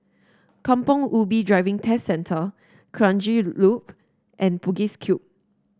Kampong Ubi Driving Test Centre Kranji Loop and Bugis Cube